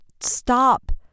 stop